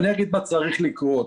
אני אגיד מה צריך לקרות.